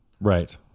Right